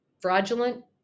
fraudulent